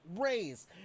raise